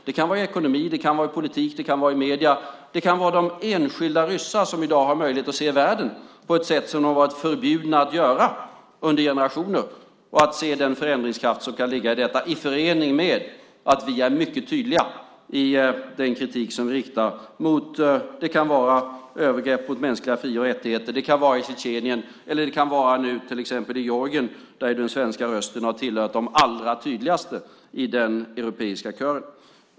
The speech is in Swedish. Det kan vara inom ekonomi, inom politik och inom medierna, och det kan vara de enskilda ryssar som i dag har möjlighet att se världen på ett sätt som de har varit förbjudna att göra under generationer och att se den förändringskraft som kan ligga i detta, i förening med att vi är mycket tydliga i den kritik som vi riktar mot övergrepp mot till exempel mänskliga fri och rättigheter i Tjetjenien eller i Georgien där den svenska rösten har varit en av de allra tydligaste i den europeiska kören.